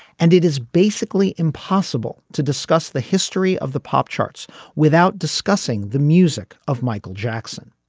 and it is basically impossible to discuss the history of the pop charts without discussing the music of michael jackson.